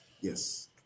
Yes